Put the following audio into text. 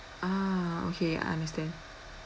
ah okay I understand